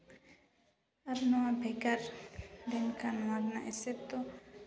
ᱟᱨ ᱱᱚᱣᱟ ᱵᱷᱮᱜᱟᱨ ᱞᱮᱱᱠᱷᱟᱱ ᱱᱚᱣᱟ ᱨᱮᱱᱟᱜ ᱮᱥᱮᱨ ᱫᱚ